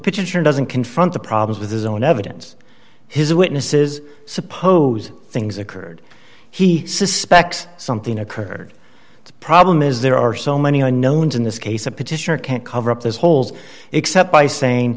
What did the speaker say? pitcher doesn't confront the problem with his own evidence his witnesses suppose things occurred he suspects something occurred the problem is there are so many unknowns in this case the petitioner can't cover up those holes except by saying